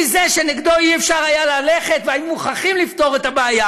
מי זה שנגדו לא היה אפשר ללכת והיו מוכרחים לפתור את הבעיה?